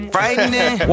Frightening